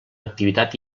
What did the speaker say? activitat